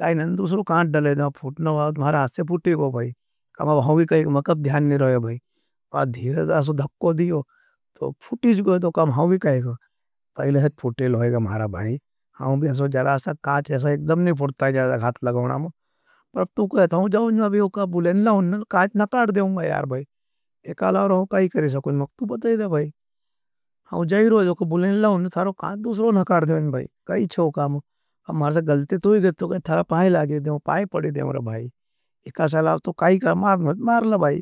लाइनन दूसरु कांट डले दें, फुटना भाईया, तम्हारा हासे फुटी गए भाईया। काम अब हाँ भी कहें, मैं कब ध्यान नहीं रहा हूँ भाई, अब धिरदास धक्को दियो। तो फुटी जगए तो काम हाँ भी कहें को, पहले से थी फुटे लोईगा मारा भाई। हाँ भी हासे जड़ा सा कांच ऐसा एकडम नहीं फुटता है, जड़ा सा कांच लगवना एका सलाव तो काई का मार नहीं है, मारला भाई।